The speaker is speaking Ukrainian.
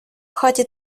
хаті